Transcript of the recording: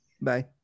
Bye